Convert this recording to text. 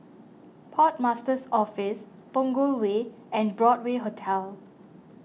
Port Master's Office Punggol Way and Broadway Hotel